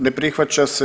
Ne prihvaća se.